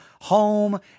home